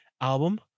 album